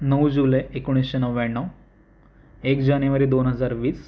नऊ जुलै एकोणीसशे नव्याण्णव एक जानेवारी दोन हजार वीस